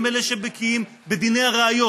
הם אלה שבקיאים בדיני הראיות,